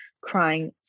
crying